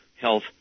health